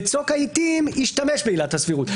בצוק העיתים השתמש בעילת הסבירות.